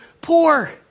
poor